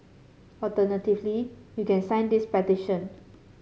alternatively you can sign this petition